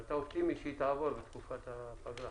אתה אופטימי שהיא תעבור בתקופת הפגרה?